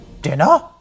Dinner